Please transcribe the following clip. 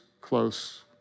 close